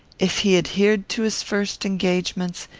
if he adhered to his first engagements,